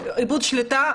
איבוד השליטה.